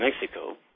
Mexico